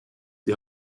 die